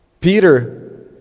Peter